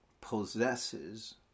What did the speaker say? possesses